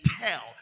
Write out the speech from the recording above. tell